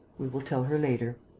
we will tell her later.